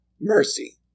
mercy